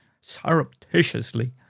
surreptitiously